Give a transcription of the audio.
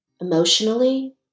emotionally